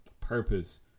purpose